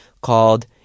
called